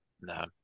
No